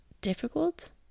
difficult